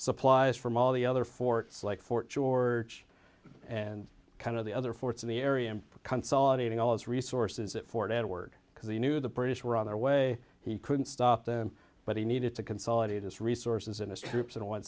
supplies from all the other forts like for george and kind of the other forts in the area and consolidating all its resources at fort edward because he knew the british were on their way he couldn't stop them but he needed to consolidate his resources in its troops in one